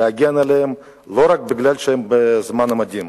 להגן עליהם לא רק בזמן שהם לובשים מדים.